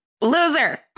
Loser